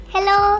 Hello